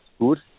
good